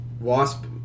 Wasp